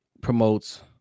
promotes